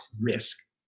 risk